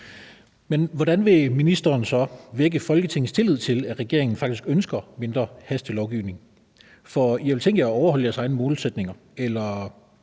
Men hvordan vil ministeren så skabe Folketingets tillid til, at regeringen faktisk ønsker et mindre omfang af hastelovgivning? For I har vel tænkt jer at overholde jeres egne målsætninger, eller